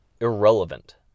irrelevant